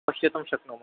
पश्यति शक्नुमः